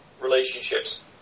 relationships